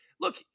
Look